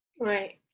right